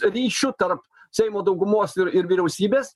ryšiu tarp seimo daugumos ir ir vyriausybės